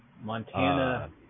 Montana